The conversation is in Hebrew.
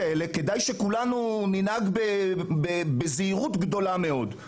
כדאי שכולנו ננהג בזהירות גדולה מאוד.